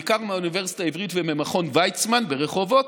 בעיקר מהאוניברסיטה העברית וממכון ויצמן ברחובות,